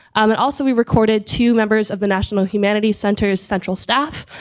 and also, we recorded two members of the national humanities center's central staff,